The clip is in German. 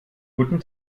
guten